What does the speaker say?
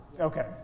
Okay